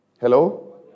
Hello